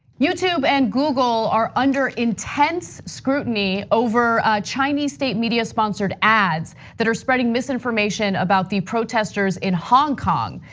youtube and google are under intense scrutiny over chinese state media sponsored ads that are spreading misinformation about the protestors in hong kong.